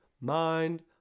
Mind